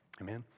Amen